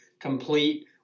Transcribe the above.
complete